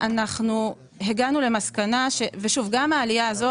גם העלייה הזו,